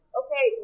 okay